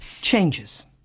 Changes